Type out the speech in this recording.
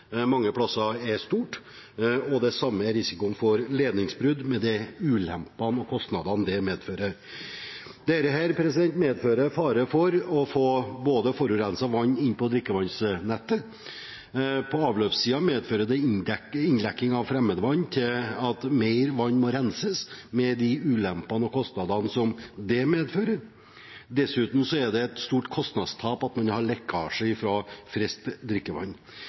mange steder er stort, og det samme er risikoen for ledningsbrudd, med de ulempene og kostnadene det medfører. Dette medfører fare for å få forurenset vann inn på drikkevannsnettet. På avløpssiden medfører innlekking av fremmedvann til at mer vann må renses, med de ulempene og kostnadene som det medfører. Dessuten fører det til et stort kostnadstap at man har lekkasje fra friskt drikkevann.